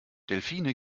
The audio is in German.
delfine